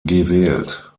gewählt